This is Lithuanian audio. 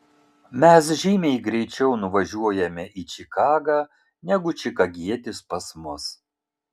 mes žymiai greičiau nuvažiuojame į čikagą negu čikagietis pas mus